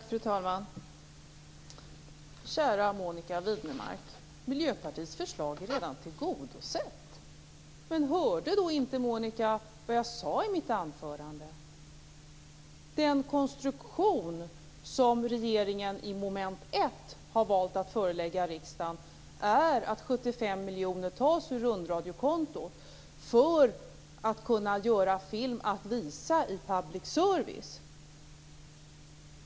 Fru talman! Kära Monica Widnemark! Miljöpartiets förslag är redan tillgodosett, säger Monica Widnemark. Hörde då inte Monica Widnemark vad jag sade i mitt anförande. Den konstruktion som regeringen har valt att förelägga riksdagen i mom. 1 är att 75 miljoner tas från rundradiokontot för att kunna göra film som skall visas i public service.